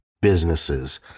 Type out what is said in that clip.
businesses